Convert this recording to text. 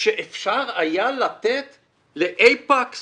שאפשר היה לתת לאייפקס